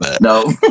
No